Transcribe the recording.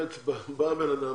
בא בן אדם